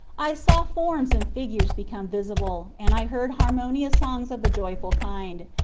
i saw forms and figures become visible, and i heard har monious songs of a joyful kind,